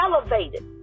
elevated